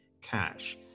cash